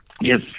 Yes